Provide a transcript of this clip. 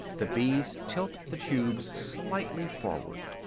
the bees tilt the tubes slightly forward.